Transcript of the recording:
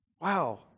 Wow